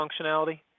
functionality